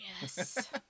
Yes